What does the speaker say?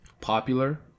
popular